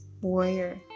warrior